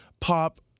pop